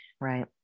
Right